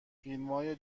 فیلمای